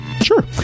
Sure